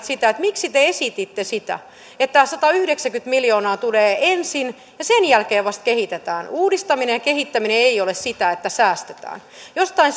sitä miksi te esititte sitä että satayhdeksänkymmentä miljoonaa tulee ensin ja vasta sen jälkeen kehitetään uudistaminen ja kehittäminen ei ole sitä että säästetään jostain